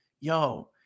yo